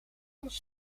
ons